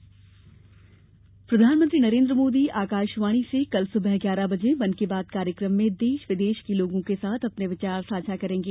मन की बात प्रधानमंत्री नरेन्द्र मोदी आकाशवाणी से कल सुबह ग्यारह बजे मन की बात कार्यक्रम में देश विदेश के लोगों के साथ अपने विचार साझा करेंगे